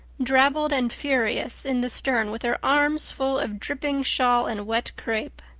drabbled and furious, in the stern with her arms full of dripping shawl and wet crepe.